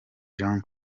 jean